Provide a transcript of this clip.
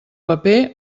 paper